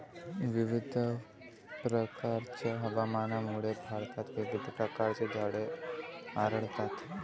विविध प्रकारच्या हवामानामुळे भारतात विविध प्रकारची झाडे आढळतात